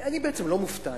אני בעצם לא מופתע,